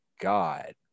God